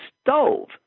stove